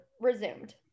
resumed